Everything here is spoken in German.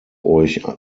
euch